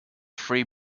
free